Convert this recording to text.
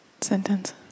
sentence